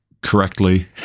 correctly